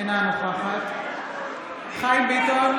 אינה נוכחת חיים ביטון,